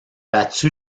battue